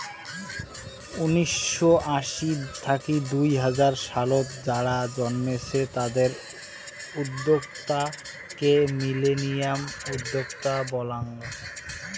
উনিসশো আশি থাকি দুই হাজার সালত যারা জন্মেছে তাদের উদ্যোক্তা কে মিলেনিয়াল উদ্যোক্তা বলাঙ্গ